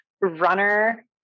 runner